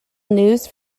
news